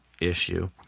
issue